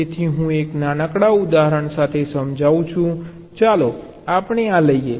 તેથી હું એક નાનકડા ઉદાહરણ સાથે સમજાવું છું ચાલો આપણે આ લઈએ